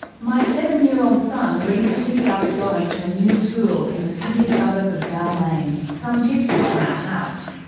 my seven-year-old son recently started going to a new school in the sydney suburb of balmain, some distance from our house.